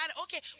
okay